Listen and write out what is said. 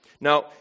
Now